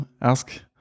ask